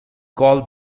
call